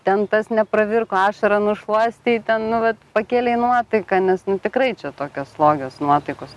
ten tas nepravirko ašarą nušluostei ten nu vat pakėlei nuotaiką nes nu tikrai čia tokios slogios nuotaikos